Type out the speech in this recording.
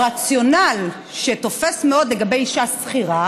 הרציונל שתופס מאוד לגבי אישה שכירה